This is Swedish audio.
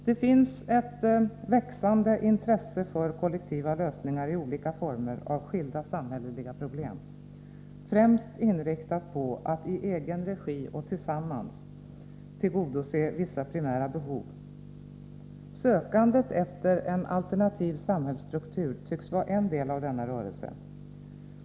Det finns ett växande intresse för kollektiva lösningar, i olika former, av skilda samhälleliga problem, främst inriktat på att i egen regi och tillsammans tillgodose vissa primära behov. Sökandet efter en alternativ samhällsstruktur tycks vara en del av denna rörelse.